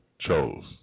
chose